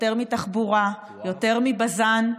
יותר מתחבורה, יותר מבז"ן.